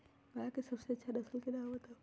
गाय के सबसे अच्छा नसल के नाम बताऊ?